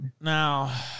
Now